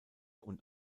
und